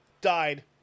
died